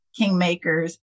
Kingmakers